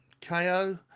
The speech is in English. KO